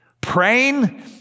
Praying